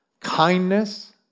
Kindness